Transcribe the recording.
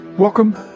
Welcome